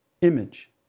image